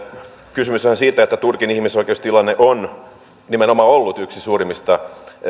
kysymyshän on siitä että turkin ihmisoikeustilanne on nimenomaan ollut yksi suurimmista